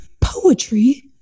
poetry